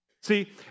See